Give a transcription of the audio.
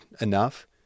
enough